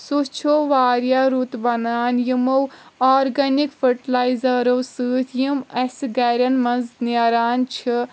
سُہ چھُ واریاہ رُت بنان یِمو آرگنِک فٹلایزرو سۭتۍ یِم اسہِ گرن منٛز نیران چھِ